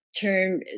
turn